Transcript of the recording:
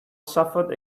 suffered